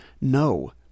No